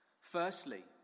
Firstly